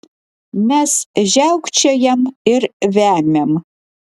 mes žiaukčiojam ir vemiam